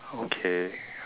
okay